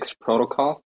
protocol